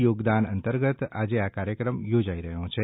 યોગદાન અંતર્ગત આજે આ કાર્યક્રમ યોજાઈ રહ્યો છે